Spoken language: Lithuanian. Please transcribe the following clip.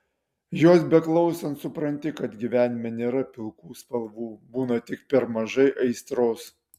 jos beklausant supranti kad gyvenime nėra pilkų spalvų būna tik per mažai aistros